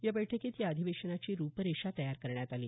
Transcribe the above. या बैठकीत या अधिवेशनाची रूपरेषा तयार करण्यात आली